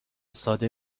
ساده